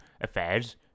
affairs